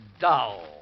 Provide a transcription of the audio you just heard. dull